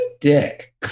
Dick